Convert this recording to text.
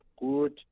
good